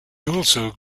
also